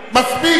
מספיק.